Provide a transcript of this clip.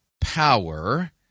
power